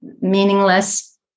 meaningless